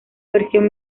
versión